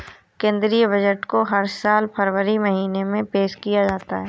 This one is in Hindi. केंद्रीय बजट को हर साल फरवरी महीने में पेश किया जाता है